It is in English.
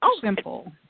simple